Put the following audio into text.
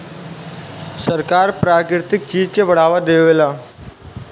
सरकार प्राकृतिक चीज के बढ़ावा देवेला